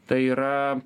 tai yra